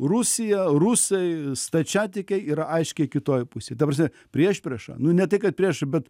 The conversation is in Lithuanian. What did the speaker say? rusija rusai stačiatikiai yra aiškiai kitoj pusėj ta prasme priešprieša nu ne tai kad prieš bet